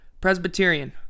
Presbyterian